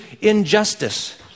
injustice